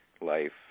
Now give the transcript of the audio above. life